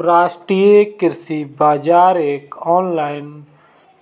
राष्ट्रीय कृषि बाजार एक ऑनलाइन